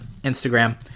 Instagram